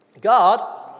God